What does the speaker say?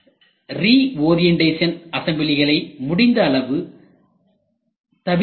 reorientation அசம்பிளிகளை முடிந்த அளவு தவிர்க்க வேண்டும்